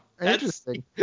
Interesting